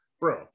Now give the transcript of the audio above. bro